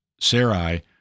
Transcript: Sarai